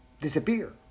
disappear